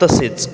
तसेच